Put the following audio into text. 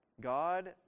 God